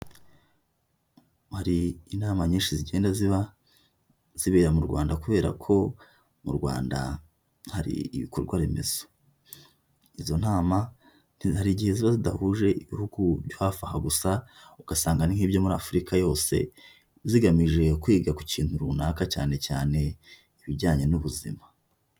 Hari inama nyinshi zigenda ziba zibera mu Rwanda kubera ko mu Rwanda hari ibikorwa remezo, izo nama hari igihe ziba zidahuje ibihugu byo hafi aha gusa, ugasanga nn nk'ibyo muri Afurika yose zigamije kwiga ku kintu runaka cyane cyane ibijyanye n'ubuzima.